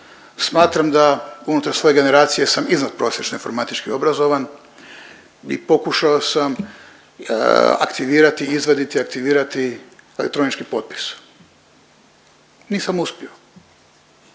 smatram da unutar svoje generacije sam iznadprosječno informatički obrazovan i pokušao sam aktivirati, izvaditi i aktivirati elektronički potpis. Nisam uspio.